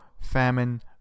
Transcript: famine